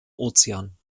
ozean